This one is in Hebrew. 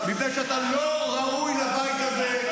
מפני שאתה לא ראוי לבית הזה.